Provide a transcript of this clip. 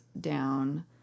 down